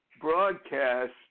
broadcast